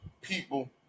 people